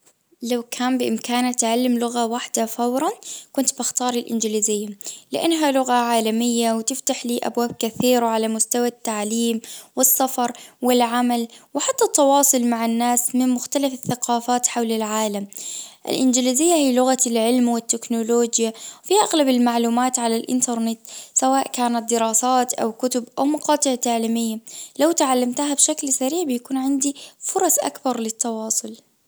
لو كان بامكاني أتتعلم لغة واحدة فورًا كنت بختار الانجليزية لانها لغة عالمية وتفتح لي ابواب كثيرة وعلى مستوى التعليم والسفر والعمل وحتى التواصل مع الناس من مختلف الثقافات حول العالم. الانجليزية هي لغة العلم والتكنولوجيا في اغلب المعلومات على الانترنت سواء كانت دراسات أو مقاطع تعليمية لو تعلمتها بشكل سريع بيكون عندي فرص أكبر للتواصل.